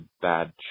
bad